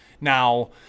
Now